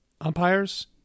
Umpires